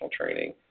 training